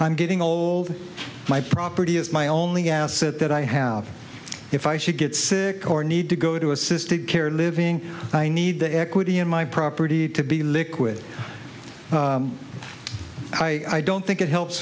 i'm getting old my property is my only asset that i have if i should get sick or need to go to assisted care living i need the equity in my property to be liquid i don't think it helps